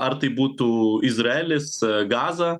ar tai būtų izraelis gaza